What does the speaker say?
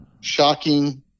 shocking